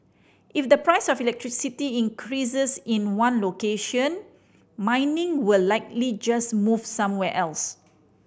if the price of electricity increases in one location mining will likely just move somewhere else